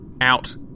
Out